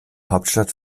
hauptstadt